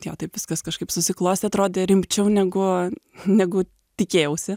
tjo taip viskas kažkaip susiklostė atrodė rimčiau negu negu tikėjausi